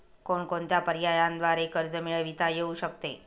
कोणकोणत्या पर्यायांद्वारे कर्ज मिळविता येऊ शकते?